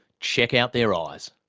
check out their eyes.